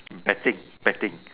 betting betting